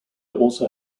also